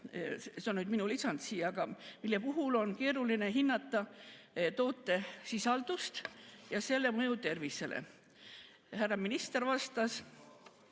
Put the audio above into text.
see oli nüüd minu lisand siia. Aga nende puhul on keeruline hinnata toote [koostist] ja selle mõju tervisele. Härra minister vastas,